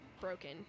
broken